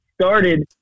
started